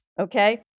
okay